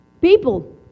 people